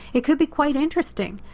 it could be quite interesting.